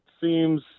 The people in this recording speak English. seems